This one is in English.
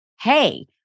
hey